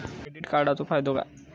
Credit कार्डाचो फायदो काय?